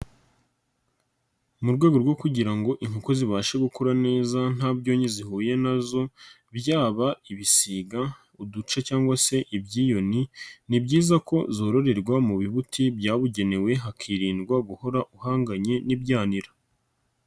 Mu rwego rwo kugira ngo inkoko zibashe gukura neza nta byonyi zihuye na zo byaba ibisiga, uduca cyangwa se ibyiyoni, ni byiza ko zororerwa mu bibuti byabugenewe hakirindwa guhora uhanganye n'ibyanira.